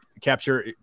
capture